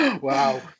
Wow